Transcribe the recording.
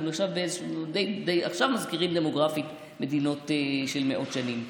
אנחנו עכשיו די מזכירים דמוגרפית מדינות בנות מאות שנים.